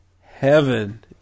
heaven